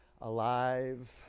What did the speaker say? alive